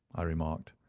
i remarked.